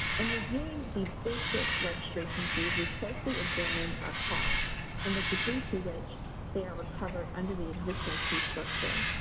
in reviewing the basic registration fees, we closely examined our costs and the degree to which they are recovered under the existing fee structure.